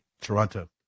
Toronto